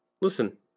listen